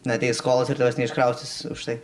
na ateis skolos ir tavęs neiškraustys štai